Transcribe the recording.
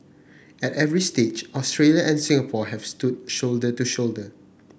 at every stage Australia and Singapore have stood shoulder to shoulder